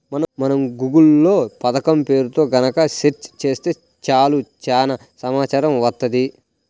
మనం గూగుల్ లో పథకం పేరుతో గనక సెర్చ్ చేత్తే చాలు చానా సమాచారం వత్తది